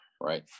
Right